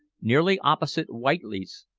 nearly opposite whiteley's,